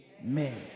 Amen